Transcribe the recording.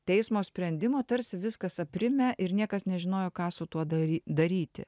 teismo sprendimo tarsi viskas aprimę ir niekas nežinojo ką su tuo dari daryti